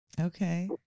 Okay